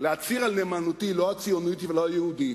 להצהיר על נאמנותי, לא הציונית ולא היהודית,